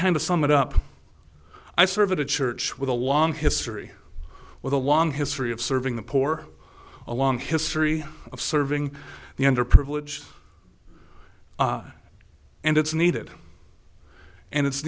kind of sum it up i serve at a church with a long history with a long history of serving the poor a long history of serving the underprivileged and it's needed and it's